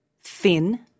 thin